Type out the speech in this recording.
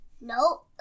No